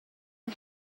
you